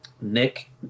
Nick